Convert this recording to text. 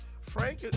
Frank